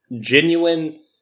genuine